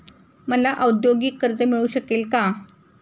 मला औद्योगिक कर्ज मिळू शकेल का?